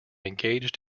engaged